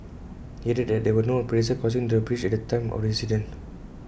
he added that there were no pedestrians crossing the bridge at the time of the accident